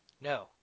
No